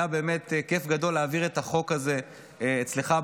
היה באמת כיף גדול להעביר את החוק הזה אצלך בוועדה.